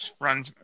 run